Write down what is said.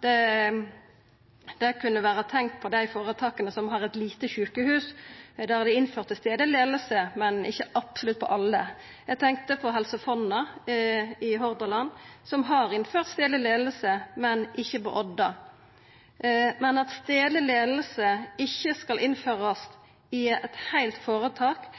det kunne vera tenkt på dei føretaka som har eit lite sjukehus, der dei innførte stadleg leiing, men ikkje på absolutt alle. Eg tenkte på Helse Fonna i Hordaland, som har innført stadleg leiing, men ikkje på Odda sjukehus. At stadleg leiing ikkje skal innførast i eit heilt føretak